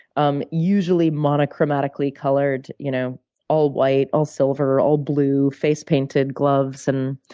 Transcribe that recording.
um usually monochromatically colored, you know all white, all silver, or all blue, face painted, gloves. and,